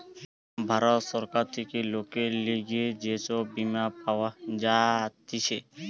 ভারত সরকার থেকে লোকের লিগে যে সব বীমা পাওয়া যাতিছে